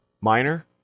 Minor